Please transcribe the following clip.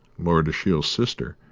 lord ashiel's sister,